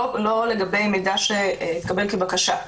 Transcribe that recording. לא לגבי מידע שהתקבל כבקשה.